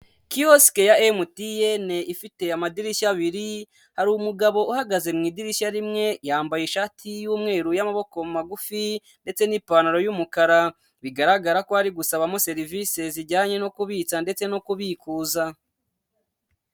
Kiyosike ya Emutiyeni ifite amadirishya abiri, hari umugabo uhagaze mu idirishya rimwe yambaye ishati y'umweru y'amaboko magufi ndetse n'ipantaro y'umukara bigaragara ko ari gusabamo serivisi zijyanye no kubitsa ndetse no kubikuza.